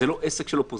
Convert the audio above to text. זה לא עסק של אופוזיציה